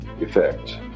effect